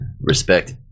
respect